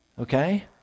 Okay